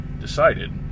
decided